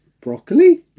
broccoli